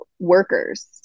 workers